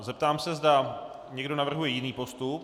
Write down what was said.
Zeptám se, zda někdo navrhuje jiný postup.